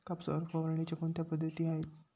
कापसावर फवारणीच्या कोणत्या पद्धती आहेत?